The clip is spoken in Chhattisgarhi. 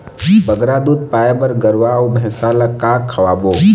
बगरा दूध पाए बर गरवा अऊ भैंसा ला का खवाबो?